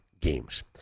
games